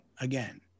again